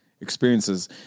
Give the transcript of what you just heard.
experiences